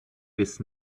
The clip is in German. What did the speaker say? biss